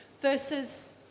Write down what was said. versus